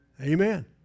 Amen